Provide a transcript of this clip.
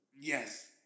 Yes